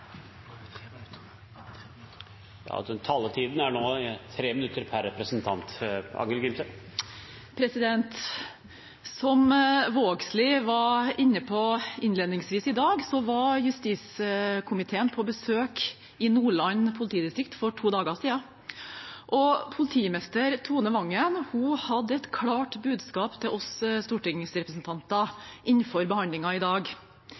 Som Vågslid var inne på innledningsvis i dag, var justiskomiteen på besøk i Nordland politidistrikt for to dager siden. Politimester Tone Vangen hadde et klart budskap til oss stortingsrepresentanter før behandlingen i dag: